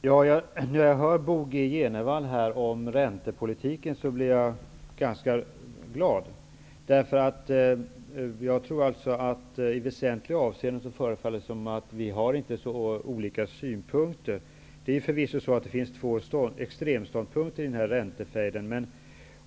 Herr talman! Jag blir ganska glad då jag hör Bo G Jenevall tala om räntepolitiken. Det förefaller som om våra synpunkter i väsentliga avseenden inte är så olika. Det är förvisso så, att det finns två extremståndpunkter i denna räntefejd.